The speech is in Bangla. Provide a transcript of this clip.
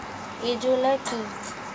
এজোলা কি?